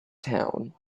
town